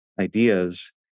ideas